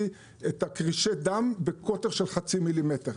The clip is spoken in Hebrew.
את קרישי הדם בקוטר של חצי מילימטר.